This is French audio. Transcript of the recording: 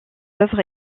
œuvres